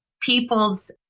people's